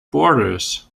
borders